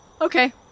Okay